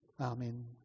Amen